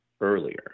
earlier